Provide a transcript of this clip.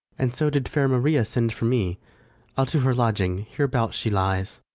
and so did fair maria send for me i'll to her lodging hereabouts she lies.